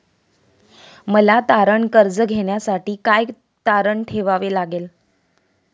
मला तारण कर्ज घेण्यासाठी काय तारण ठेवावे लागेल?